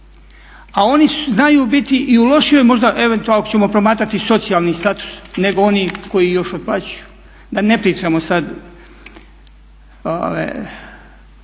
A oni znaju biti i u lošijoj možda eventualno ako ćemo promatrati socijalni status nego oni koji još otplaćuju, da ne pričamo sada